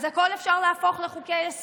אז את הכול אפשר להפוך לחוקי-יסוד.